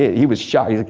he was shocked. like